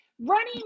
Running